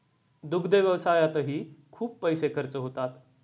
दुग्ध व्यवसायातही खूप पैसे खर्च होतात